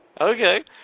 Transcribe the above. Okay